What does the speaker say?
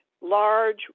large